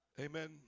Amen